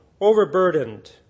overburdened